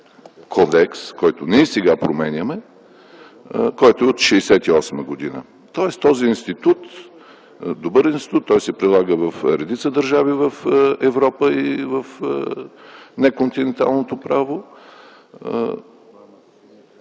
кодекс, който сега променяме, който е от 1968 г., тоест този институт е добър, той се прилага в редица държави в Европа и в неконтиненталното право,